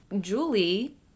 Julie